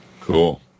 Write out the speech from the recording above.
Cool